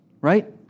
right